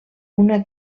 una